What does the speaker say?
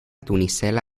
tunicela